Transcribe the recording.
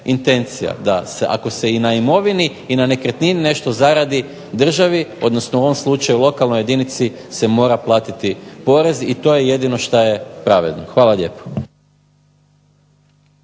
da ako se i na imovini i na nekretnini nešto zaradi državi, odnosno u ovom slučaju lokalnoj jedinice, se mora platiti porez i to je jedino što je pravedno. Hvala lijepo.